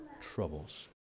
troubles